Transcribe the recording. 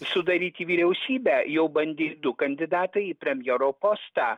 sudaryti vyriausybę jau bandė du kandidatai į premjero postą